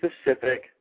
specific